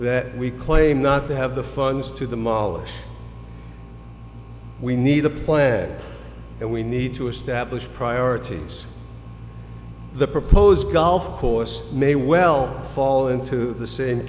that we claim not to have the funds to the mall or we need a plan and we need to establish priorities the proposed golf course may well fall into the same